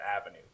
avenue